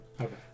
okay